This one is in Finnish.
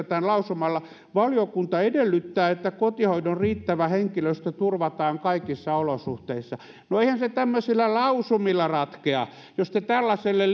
tämän lausumalla valiokunta edellyttää että kotihoidon riittävä henkilöstö turvataan kaikissa olosuhteissa no eihän se tämmöisillä lausumilla ratkea jos te tällaiselle